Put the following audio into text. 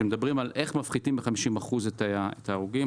ושואלים איך מפחיתים ב-50% את ההרוגים,